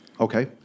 Okay